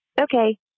Okay